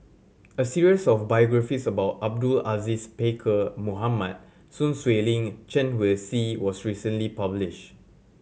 a series of biographies about Abdul Aziz Pakkeer Mohamed Sun Xueling Chen Wen Hsi was recently published